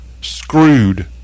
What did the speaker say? screwed